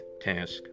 task